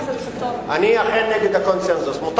חבר הכנסת חסון, אני קוראת אותך לסדר.